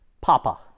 Papa